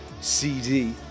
CD